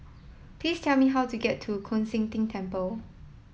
please tell me how to get to Koon Seng Ting Temple